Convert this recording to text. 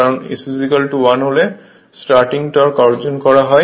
কারণ S 1 হলে starting torque অর্জন করা হয়